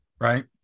Right